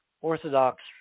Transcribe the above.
Orthodox